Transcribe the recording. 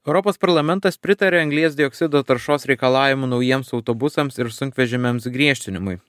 europos parlamentas pritarė anglies dioksido taršos reikalavimų naujiems autobusams ir sunkvežimiams griežtinimui